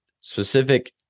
specific